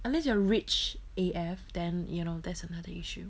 unless you are rich A_F then you know that's another issue